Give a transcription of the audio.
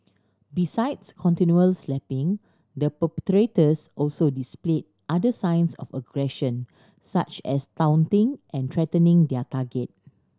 besides continual slapping the perpetrators also displayed other signs of aggression such as taunting and threatening their target